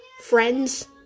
friends